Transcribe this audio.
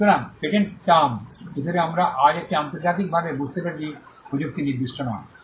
সুতরাং patents term হিসাবে আমরা আজ এটি আন্তর্জাতিকভাবে বুঝতে পেরেছি প্রযুক্তি নির্দিষ্ট নয়